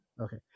Okay